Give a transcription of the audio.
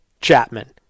Chapman